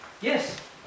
Yes